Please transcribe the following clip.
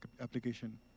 application